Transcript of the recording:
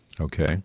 okay